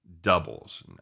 doubles